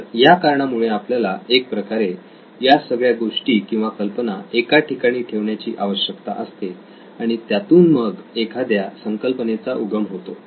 तर या कारणामुळे आपल्याला एक प्रकारे या सगळ्या गोष्टी किंवा कल्पना एका ठिकाणी ठेवण्याची आवश्यकता असते आणि त्यातून मग एखाद्या संकल्पनेचा उगम होतो